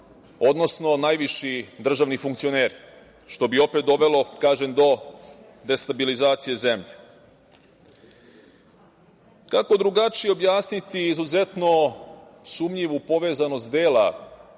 odnosno, najviši državni funkcioneri, što bi opet dovelo, kažem, do destabilizacije zemlje. Kako drugačije objasniti izuzetno sumnjivu povezanost dela